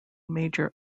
major